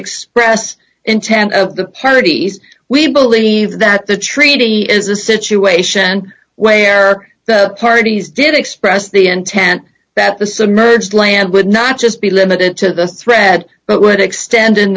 expressed intent of the parties we believe that the treaty is a situation where the parties did express the intent that the submerged land would not just be limited to this thread but would extend in